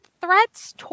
threats